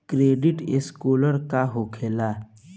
Credit score का होखेला?